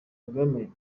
kagame